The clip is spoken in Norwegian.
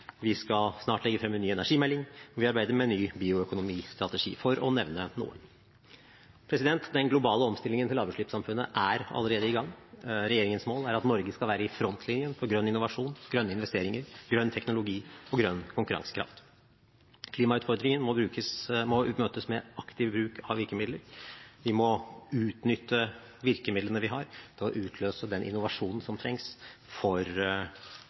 Vi skal snart legge frem en ny energimelding. Vi arbeider med en ny bioøkonomistrategi. Den globale omstillingen til lavutslippssamfunnet er allerede i gang. Regjeringens mål er at Norge skal være i frontlinjen for grønn innovasjon, grønne investeringer, grønn teknologi og grønn konkurransekraft. Klimautfordringen må møtes med en aktiv bruk av virkemidler. Vi må utnytte virkemidlene vi har, til å utløse den innovasjonen som trengs for